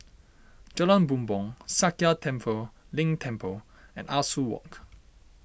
Jalan Bumbong Sakya Tenphel Ling Temple and Ah Soo Walk